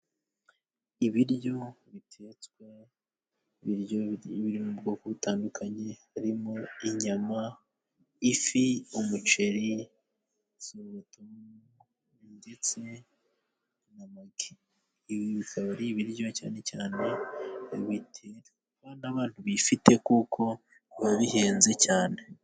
Ibiryo bitetswe, n'ibiryo biri mu bwoko butandukanye harimo: inyama, ifi, umuceri , ndetse namagi. Ibi bikaba ari ibiryo cyane cyane n'abantu bifite kuko biba bihenze cyane.